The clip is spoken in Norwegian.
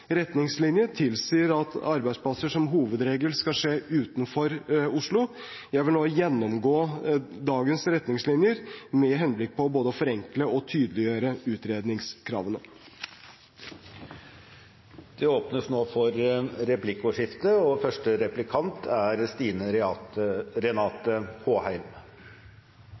retningslinjer tilsier at etablering av arbeidsplasser som hovedregel skal skje utenfor Oslo. Jeg vil nå gjennomgå dagens retningslinjer med henblikk på både å forenkle og tydeliggjøre utredningskravene. Det blir replikkordskifte. I svarbrevet til komiteen skriver statsråden at statlig sysselsetting kan være et viktig «virkemiddel for